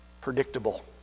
predictable